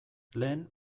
lehen